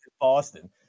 Boston